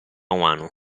umano